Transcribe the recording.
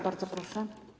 Bardzo proszę.